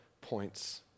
points